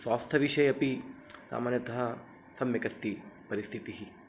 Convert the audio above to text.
स्वास्थ्यविषये अपि सामान्यतः सम्यक् अस्ति परिस्थितिः